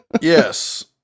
Yes